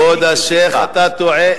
כבוד השיח', אתה טועה.